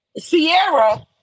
Sierra